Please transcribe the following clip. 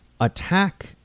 attack